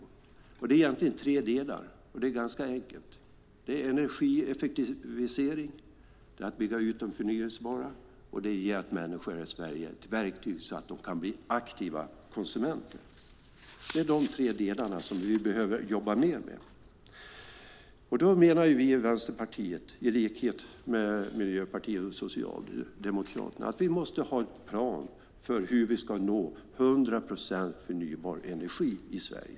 Det innehåller egentligen tre delar, och det är ganska enkelt: energieffektivisering, att bygga ut det förnybara och att ge människor här i Sverige ett verktyg så att de kan bli aktiva konsumenter. Det är dessa tre delar som vi behöver jobba mer med. Då menar vi i Vänsterpartiet, i likhet med Miljöpartiet och Socialdemokraterna, att vi måste ha en plan för hur vi ska nå hundra procent förnybar energi i Sverige.